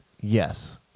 Yes